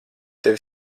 tevi